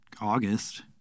August